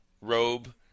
robe